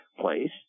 place